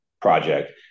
project